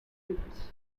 footbridge